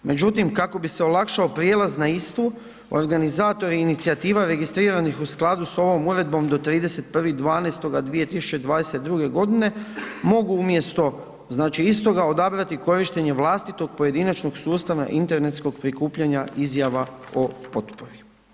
Međutim kako bi se olakšao prijelaz na istu organizator i inicijativa registriranih u skladu s ovom Uredbom do 31.12.2022. godine mogu umjesto znači istoga odabrati korištenje vlastitog pojedinačnog sustava internetskog prikupljanja izjava o potpori.